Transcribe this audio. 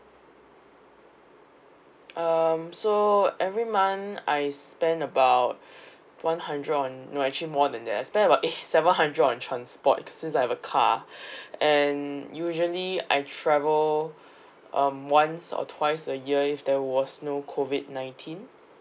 um so every month I spend about one hundred on no actually more than that I spent eh seven hundred on transport since I have a car and usually I travel um once or twice a year if there was no COVID nineteen